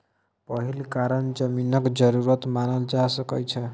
पहिल कारण जमीनक जरूरत मानल जा सकइ छै